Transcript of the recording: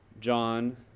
John